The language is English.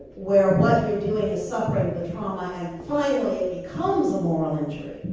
where what you're doing is suffering the trauma it becomes a moral injury.